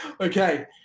Okay